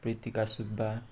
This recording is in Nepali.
प्रीतिका सुब्बा